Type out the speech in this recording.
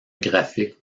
graphique